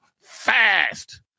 fast